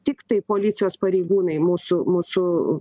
tiktai policijos pareigūnai mūsų mūsų